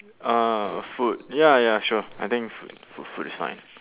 uh food ya ya sure I think f~ food food is fine